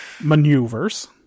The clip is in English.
Maneuvers